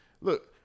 Look